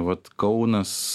vat kaunas